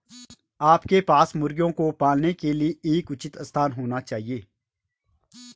आपके पास मुर्गियों को पालने के लिए एक उचित स्थान होना चाहिए